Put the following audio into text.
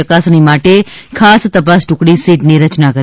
ચકાસણી માટે ખાસ તપાસ ટુકડી સીટની રચના કરી